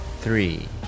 three